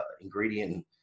ingredient